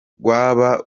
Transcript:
rwaba